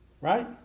Right